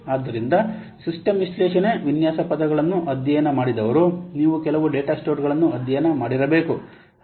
ಆದ್ದರಿಂದ ಸಿಸ್ಟಮ್ ವಿಶ್ಲೇಷಣೆ ವಿನ್ಯಾಸ ಪದಗಳನ್ನು ಅಧ್ಯಯನ ಮಾಡಿದವರು ನೀವು ಕೆಲವು ಡೇಟಾ ಸ್ಟೋರ್ ಗಳನ್ನು ಅಧ್ಯಯನ ಮಾಡಿರಬೇಕು